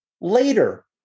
later